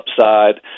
upside